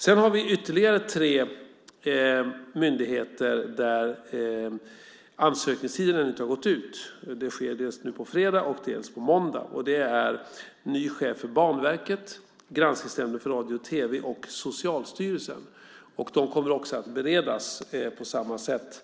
Sedan har vi ytterligare tre myndigheter där ansökningstiden ännu inte har gått ut. Det sker dels nu på fredag, dels på måndag. Det handlar om nya chefer för Banverket, Granskningsnämnden för radio och tv och Socialstyrelsen. De tjänsterna kommer också att beredas på samma sätt